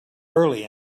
early